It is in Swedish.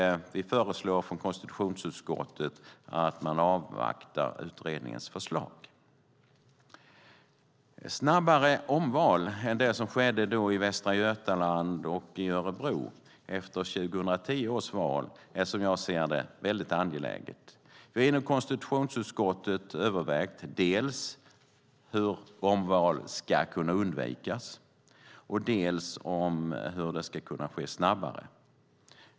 Vi föreslår från konstitutionsutskottet att utredningens förslag avvaktas. Snabbare omval än det som skedde i Västra Götaland och i Örebro efter 2010 års val är, som jag ser det, mycket angeläget. Vi har inom konstitutionsutskottet övervägt dels hur omval ska kunna undvikas, dels hur det ska kunna ske snabbare.